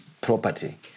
property